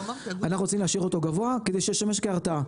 אנחנו רוצים להשאיר אותו גבוה כדי שישמש כהרתעה.